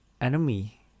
enemy